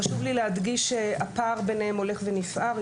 חשוב לי להדגיש שהפער ביניהם הולך ונפער.